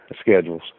schedules